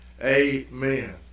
Amen